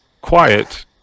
quiet